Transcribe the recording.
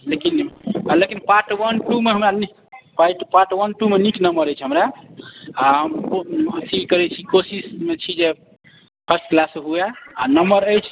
लेकिन लेकिन part one two मे हमरा नीक पार्ट वन टू मे नीक नम्बर अछि हमरा आ हम अथी कोशिश करैत छी कोशिशमे छी जे फर्स्ट क्लास हुए आ नम्बर अछि